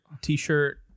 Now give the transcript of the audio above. t-shirt